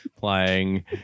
Playing